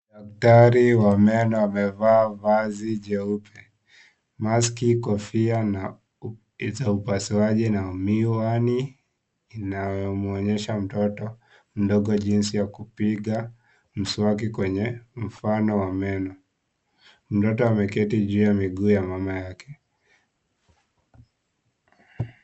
Daktari wa meno amevaa vazi jeupe, maski , kofia za upasuaji na miwani inayomwonyesha mtoto mdogo jinsi ya kupiga mswaki kwenye mfano wa meno. Mtoto ameketi juu ya miguu ya mama yake.